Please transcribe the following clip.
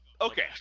Okay